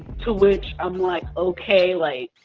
to which i'm like, okay, like,